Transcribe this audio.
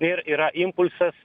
ir yra impulsas